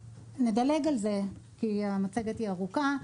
נדלג על זה, כי המצגת היא ארוכה.